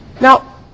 Now